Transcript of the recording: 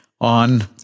on